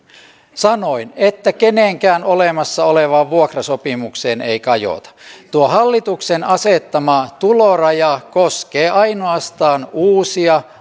sanoin että kenenkään olemassa olevaan vuokrasopimukseen ei kajota tuo hallituksen asettama tuloraja koskee ainoastaan uusia